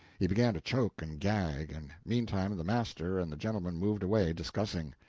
he began to choke and gag, and meantime the master and the gentleman moved away discussing.